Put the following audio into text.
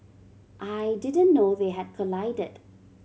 I didn't know they had collided